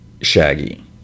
Shaggy